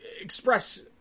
express